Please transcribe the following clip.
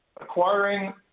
acquiring